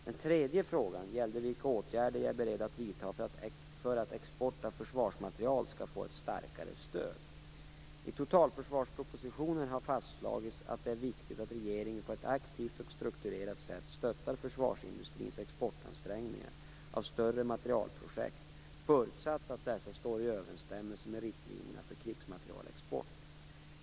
Den tredje frågan gällde vilka åtgärder jag är beredd att vidta för att export av försvarsmateriel skall få ett starkare stöd. I totalförsvarspropositionen har fastslagits att det är viktigt att regeringen på ett aktivt och strukturerat sätt stöttar försvarsindustrins exportansträngningar av större materielprojekt, förutsatt att dessa står i överensstämmelse med riktlinjerna för krigsmaterielexport.